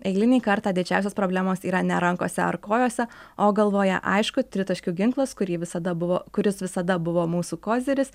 eilinį kartą didžiausios problemos yra ne rankose ar kojose o galvoje aišku tritaškių ginklas kurį visada buvo kuris visada buvo mūsų koziris